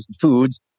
foods